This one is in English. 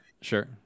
sure